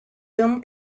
film